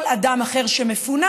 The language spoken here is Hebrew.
כל אדם אחר שמפונה,